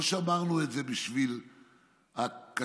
לא שמרנו את זה בשביל הכשרות